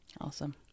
Awesome